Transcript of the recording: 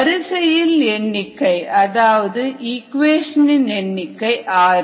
வரிசையின் எண்ணிக்கை அதாவது இக்குவேஷன் இன் எண்ணிக்கை ஆறு